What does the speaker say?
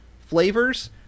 flavors